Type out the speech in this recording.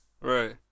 right